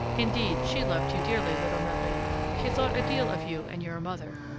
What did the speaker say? indeed, she loved you dearly, little marie she thought a deal of you and your mother.